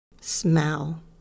Smell